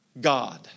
God